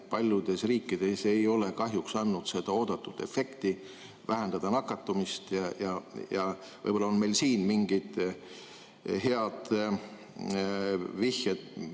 paljudes riikides ei ole kahjuks andnud seda oodatud efekti: vähendada nakatumist. Võib-olla on meil siin mingid head vihjed,